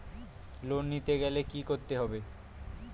Loan নিতে গেলে কি করতে হবে?